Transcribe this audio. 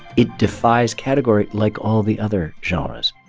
it defies category, like all the other genres